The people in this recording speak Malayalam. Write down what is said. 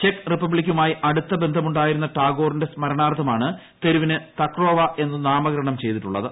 ചെക്ക് റിപ്പബ്ലിക്കുമായി അടുത്ത ബന്ധമുണ്ടായിരുന്ന ടാഗോറിന്റെ സ്മരണാർത്ഥമാണ് തെരുവിന് തക്വറോവ എന്ന് നാമകരണം ചെയ്തിട്ടുള്ളത്